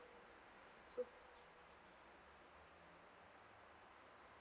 so